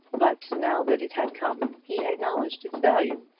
but now that it had come he acknowledged its value.